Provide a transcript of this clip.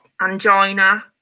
angina